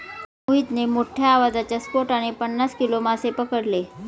मोहितने मोठ्ठ्या आवाजाच्या स्फोटाने पन्नास किलो मासे पकडले